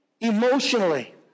emotionally